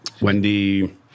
Wendy